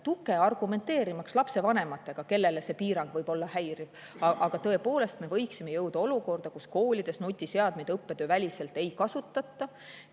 tuge argumenteerimaks lapsevanematega, kellele see piirang võib olla häiriv. Aga me võiksime jõuda olukorda, kus koolides nutiseadmeid õppetööväliselt ei kasutata